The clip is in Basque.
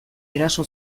eraso